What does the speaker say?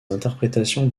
interprétations